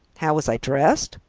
how was i dressed?